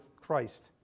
Christ